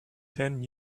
ten